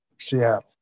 Seattle